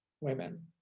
women